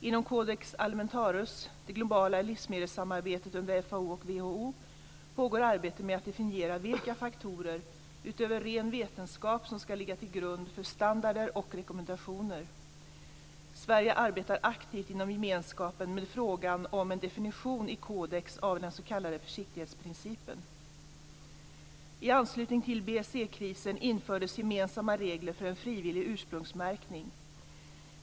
Inom Codex FAO och WHO, pågår arbete med att definiera vilka faktorer utöver ren vetenskap som ska ligga till grund för standarder och rekommendationer. Sverige arbetar aktivt inom gemenskapen med frågan om en definition i Codex av den s.k. försiktighetsprincipen. I anslutning till BSE-krisen infördes gemensamma regler för en frivillig ursprungsmärkning.